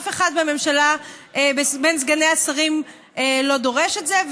אף אחד מבין סגני השרים לא נדרש את זה,